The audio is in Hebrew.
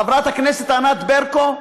חברת הכנסת ענת ברקו,